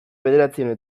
bederatziehun